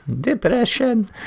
depression